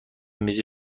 میز